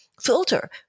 filter